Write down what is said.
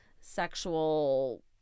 sexual